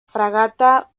fragata